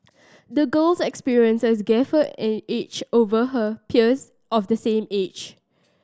the girl's experiences gave her an edge over her peers of the same age